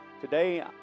today